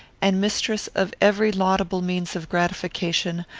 and mistress of every laudable means of gratification,